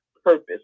purpose